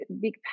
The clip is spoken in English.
big